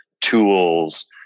tools